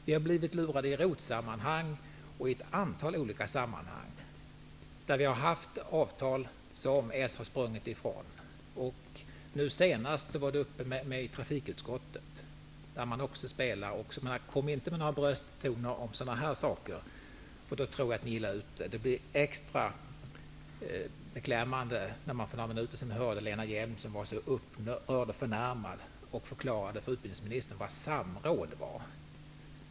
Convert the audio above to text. Vi har blivit lurade i ROT-sammanhang och i ett antal andra sammanhang där vi har haft avtal som Socialdemokraterna har sprungit ifrån. Nu senast skedde det i trafikutskottet, där man också spelar. Försök således inte med några brösttoner i fråga om sådana här saker, för då är ni nog illa ute! Extra beklämmande är det som Lena Hjelm-Wallén för några minuter sedan sade. Hon var ju så upprörd och förnärmad och förklarade för utbildningsministern vad samråd var.